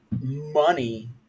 money